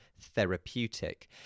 therapeutic